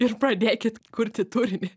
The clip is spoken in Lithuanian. ir pradėkit kurti turinį